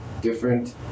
different